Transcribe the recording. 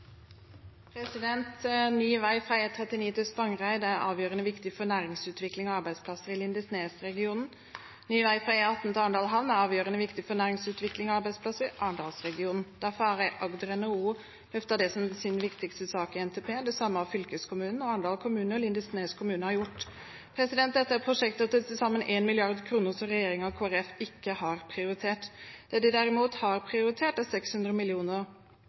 avgjørende viktig for næringsutvikling og arbeidsplasser i lindesnesregionen. Ny vei fra E18 til Arendal havn er avgjørende viktig for næringsutvikling og arbeidsplasser i arendalsregionen. Derfor har Agder NHO løftet det som sin viktigste sak i NTP. Det samme har fylkeskommunen, Arendal kommune og Lindesnes kommune gjort. Dette er prosjekter på til sammen 1 mrd. kr som regjeringen, hvor Kristelig Folkeparti er med, ikke har prioritert. Det de derimot har prioritert, er 600